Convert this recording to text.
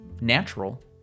natural